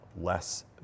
less